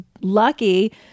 lucky